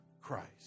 Christ